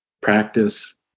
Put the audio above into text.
practice